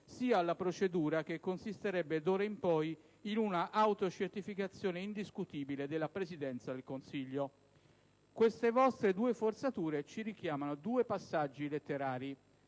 sia alla procedura, che consisterebbe d'ora in poi in una autocertificazione indiscutibile della Presidenza del Consiglio. Queste vostre due forzature ci richiamano due passaggi letterari.